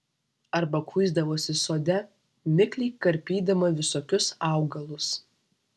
arba kuisdavosi sode mikliai karpydama visokius augalus